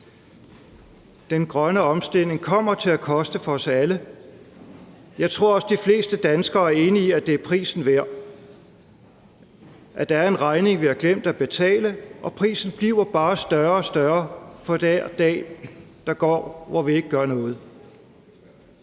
Den grønne omstilling kommer til at koste for os alle. Jeg tror også, de fleste danskere er enige i, at det er prisen værd, og at der er en regning, vi har glemt at betale. Og prisen bliver bare større og større, for hver dag der går, hvor vi ikke gør noget.